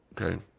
okay